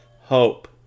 hope